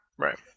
Right